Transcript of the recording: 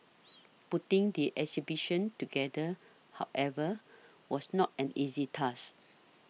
putting the exhibition together however was not an easy task